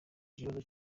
kibazo